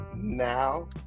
now